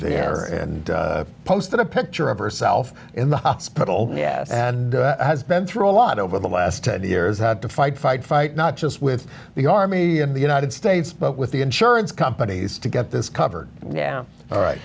there and posted a picture of herself in the hospital yes and has been through a lot over the last ten years how to fight fight fight not just with the army in the united states but with the insurance companies to get this covered now all right